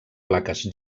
plaques